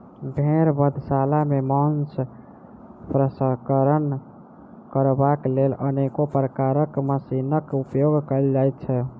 भेंड़ बधशाला मे मौंस प्रसंस्करण करबाक लेल अनेको प्रकारक मशीनक उपयोग कयल जाइत छै